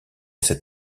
cette